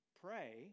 pray